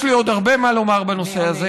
יש לי עוד הרבה מה לומר בנושא הזה,